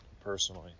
personally